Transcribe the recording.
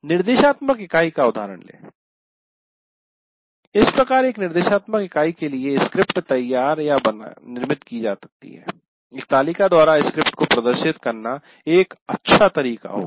निर्देशात्मक इकाई का उदाहरण इस प्रकार एक निर्देशात्मक इकाई के लिए स्क्रिप्ट तैयार तैयार की जाती है एक तालिका द्वारा स्क्रिप्ट को प्रदर्शित करना एक अच्छा तरीका होगा